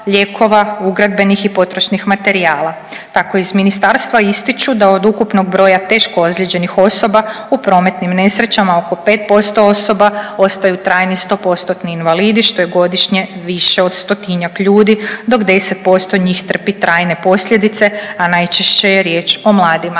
lijekova, ugradbenih i potrošnih materijala. Tako iz ministarstva ističu da od ukupnog broja teško ozlijeđenih osoba u prometnim nesrećama oko 5% osoba ostaju trajni 100%-tni invalidi, što je godišnje više od 100-tinjak ljudi dok 10% njih trpi trajne posljedice, a najčešće je riječ o mladima.